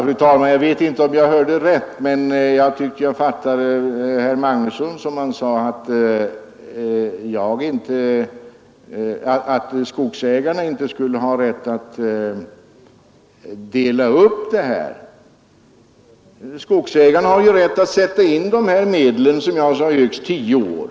Fru talman! Jag vet inte om jag hörde rätt, men jag fattade herr Magnusson i Borås så att skogsägarna inte skulle ha rätt att dela upp sina inkomster. Skogsägarna har ju rätt att sätta in inkomster från skogsbruket på särskilt konto i högst tio år.